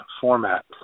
format